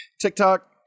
TikTok